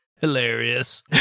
Hilarious